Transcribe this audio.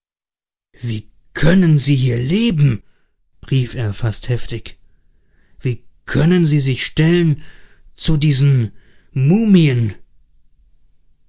wie können sie hier leben rief er fast heftig wie können sie sich stellen zu diesen mumien sehr